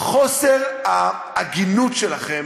הוא יכול לקחת סיכון של הרשעות פליליות,